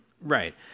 Right